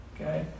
okay